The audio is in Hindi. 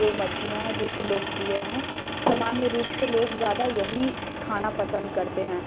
दो मछलियाँ हैं जो कि लोकप्रिय हैं समान्य रूप से लोग ज़्यादा यही खाना पसंद करते हैं